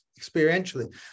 experientially